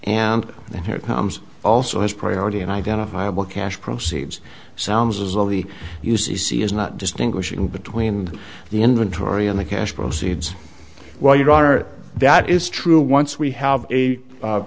comes also has priority and identifiable cash proceeds sounds as though the u c c is not distinguishing between the inventory and the cash proceeds well you are that is true once we have a